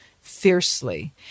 fiercely